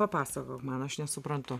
papasakok man aš nesuprantu